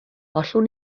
allwn